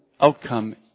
outcome